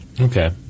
Okay